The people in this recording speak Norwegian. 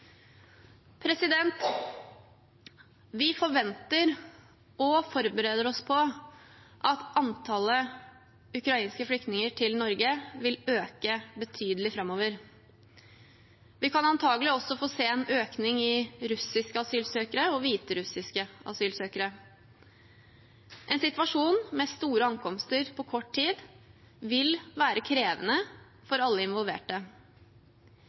Vi forventer og forbereder oss på at antallet ukrainske flyktninger til Norge vil øke betydelig framover. Vi kan antakelig også få se en økning i antallet russiske og hviterussiske asylsøkere. En situasjon med store ankomster på kort tid vil være krevende for alle involverte.